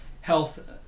health